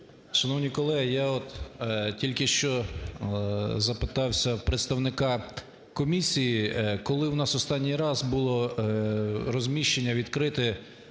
Шановні колеги! Я от тільки що запитався представника комісії, коли у нас останній раз було розміщення відкрите,